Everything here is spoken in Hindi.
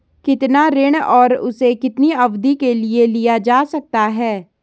कितना ऋण और उसे कितनी अवधि के लिए लिया जा सकता है?